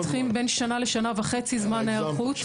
אנחנו צריכים בין שנה לשנה וחצי זמן היערכות.